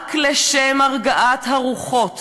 רק לשם הרגעת הרוחות